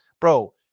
Bro